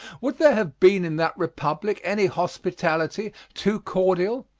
would there have been in that republic any hospitality too cordial,